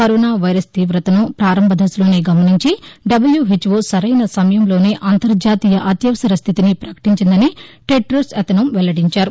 corona virus తీవతను ప్రారంభదశలోనే గమనించి డబ్ల్యాహెచ్ఓ సరైన సమయంలోనే అంతర్జాతీయ అత్యవసర స్లితిని ప్రపకటించిందని టెడ్రోస్ అధోనామ్ వెల్లడించారు